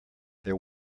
there